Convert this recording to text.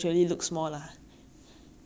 ya not rectangle lah